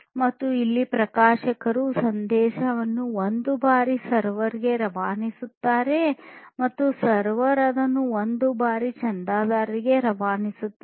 ಮತ್ತು ಇಲ್ಲಿ ಪ್ರಕಾಶಕರು ಸಂದೇಶವನ್ನು ಒಂದು ಬಾರಿ ಸರ್ವರ್ ಗೆ ರವಾನಿಸುತ್ತಾರೆ ಮತ್ತು ಸರ್ವರ್ ಅದನ್ನು ಒಂದು ಬಾರಿ ಚಂದಾದಾರರಿಗೆ ರವಾನಿಸುತ್ತದೆ